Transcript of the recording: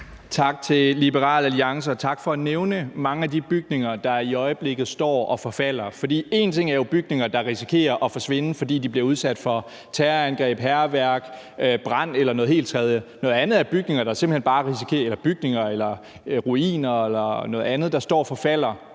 Tak til Liberal Alliance, og tak for at nævne mange af de bygninger, der i øjeblikket står og forfalder. For én ting er jo bygninger, der risikerer at forsvinde, fordi de bliver udsat for terrorangreb, hærværk, brand eller noget helt fjerde. Noget andet er bygninger, ruiner eller noget andet, der står og forfalder